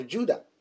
Judah